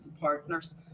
partners